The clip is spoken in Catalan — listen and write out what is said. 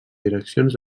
direccions